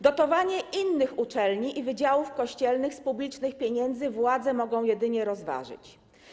Dotowanie innych uczelni i wydziałów kościelnych z publicznych pieniędzy władze mogą jedynie rozważyć.